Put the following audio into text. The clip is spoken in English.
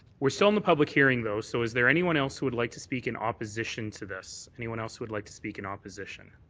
we're still in the public hearing, though, so is there anyone else who would like to speak in opposition to this? anyone else who would like to speak in opposition?